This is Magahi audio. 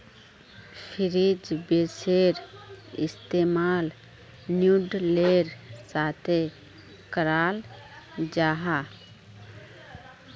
फ्रेंच बेंसेर इस्तेमाल नूडलेर साथे कराल जाहा